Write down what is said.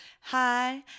hi